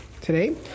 today